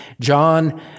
John